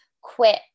quit